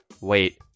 wait